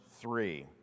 three